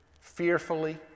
fearfully